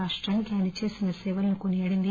రాష్లానికి ఆయన చేసిన సేవలను కొనియాడింది